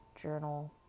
journal